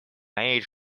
age